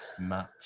Matt